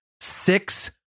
Six